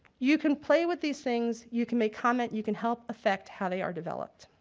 you can play with these things, you can make comment, you can help effect how they are developed.